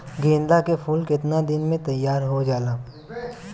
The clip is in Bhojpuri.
गेंदा के फूल केतना दिन में तइयार हो जाला?